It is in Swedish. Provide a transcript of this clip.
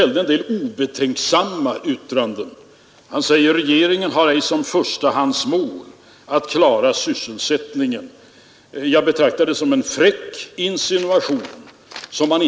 Det här problemet med skatterna är det frestande att komma tillbaka till i ytterligare någon liten omgång.